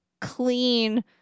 clean